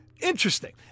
Interesting